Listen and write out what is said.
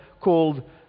called